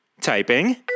Typing